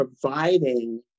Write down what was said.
providing